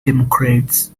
democrats